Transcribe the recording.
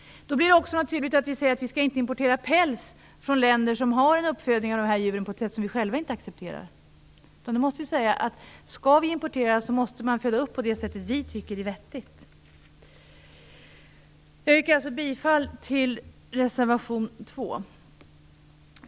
Det blir då också naturligt att säga att vi inte skall importera pälsar från länder som har en sådan uppfödning av dessa djur som vi själva inte accepterar. Skall vi importera, måste man föda upp djuren på ett sätt som vi tycker är vettigt. Jag yrkar bifall till reservation 2.